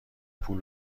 پول